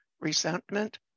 resentment